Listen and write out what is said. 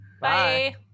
Bye